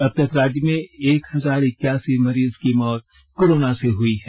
अब तक राज्य में एक हजार इक्यासी मरीज की मौत कोरोना से हुई है